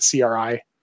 CRI